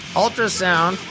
ultrasound